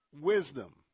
wisdom